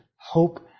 hope